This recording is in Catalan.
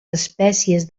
espècies